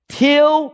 till